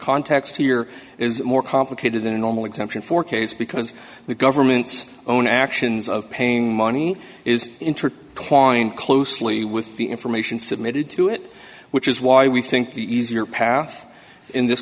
context here is more complicated than a normal exemption for case because the government's own actions of paying money is intertwined closely with the information submitted to it which is why we think the easier path in this